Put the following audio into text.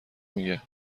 میگه